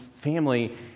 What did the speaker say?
family